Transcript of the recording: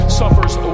suffers